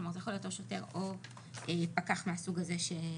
כלומר זה יכול להיות או שוטר או פקח מהסוג הזה שציינתי.